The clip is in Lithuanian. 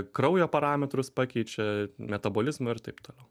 kraujo parametrus pakeičia metabolizmą ir taip toliau